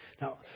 Now